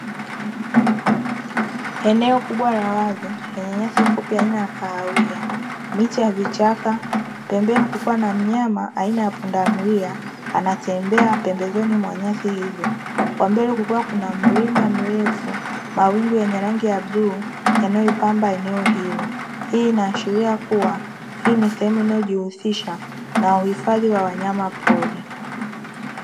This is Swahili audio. Enjoy kubwa la wazi lenye nyasi fupi aina ya kahawia, miche ya vichaka pembeni kukiwa na mnyama aina ya pundamilia anatembea pembezoni mwa nyasi hizo, kwa mbele kukiwa kuna mlima mrefu, mawingu yenye rangi ya bluu yanayopamba eneo hilo. Hii inaashiria kuwa hii ni sehemu inayojihusisha na uhifadhi wa wanyamapori.